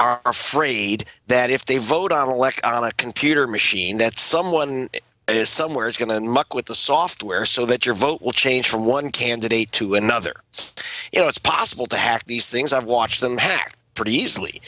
are afraid that if they vote on an electronic computer machine that someone somewhere is going to muck with the software so that your vote will change from one candidate to another you know it's possible to hack these things i've watched them hack pretty easily